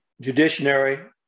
Judiciary